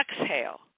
exhale